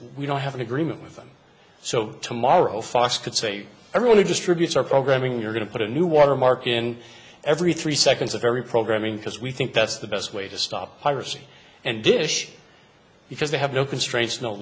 we don't have an agreement with them so tomorrow fos could say everyone who distributes our programming you're going to put a new watermark in every three seconds of every programming because we think that's the best way to stop piracy and dish because they have no constraints no